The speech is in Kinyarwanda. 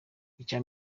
icya